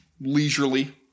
leisurely